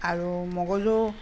আৰু মগজু